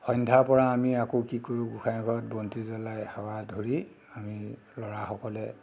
সন্ধ্যাৰ পৰা আমি আকৌ কি কৰোঁ গোঁসাই ঘৰত বন্তি জলাই সেৱা ধৰি আমি ল'ৰাসকলে